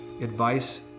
advice